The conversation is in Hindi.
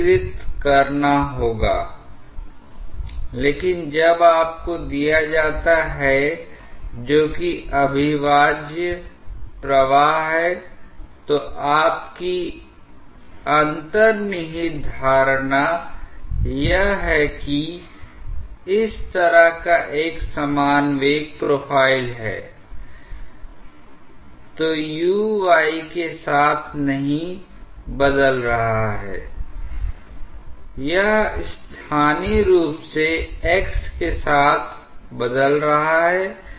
इंजीनियरिंग एक ऐसा क्षेत्र है कि जब आप कुछ डिजाइन करना चाहते हैं तोयहां पर दो परस्पर विरोधी आवश्यकताएं होती हैं तो दो पहलू हैं जिन्हें आपको ध्यान में रखना हैI एक यह है कि मौलिक वैज्ञानिक आवश्यकताओं को पूरा करना चाहिए ताकि यह उपकरण पूरी तरह से वैज्ञानिक सिद्धांत पर आधारित हो दूसरी महत्वपूर्ण बात यह है कि इसे बेहतर तरीके से निष्पादन की आवश्यकताओं को पूरा करना चाहिए